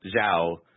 Zhao